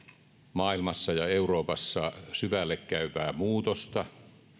maailmassa ja euroopassa syvälle käypää muutosta